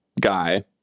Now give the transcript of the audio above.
guy